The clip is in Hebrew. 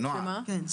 נועה,